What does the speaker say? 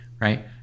right